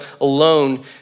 alone